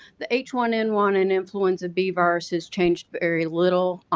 the h one n one and influenza b viruses changed very little